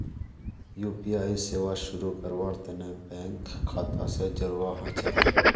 UPI सेवा शुरू करवार तने बैंक खाता स जोड़वा ह छेक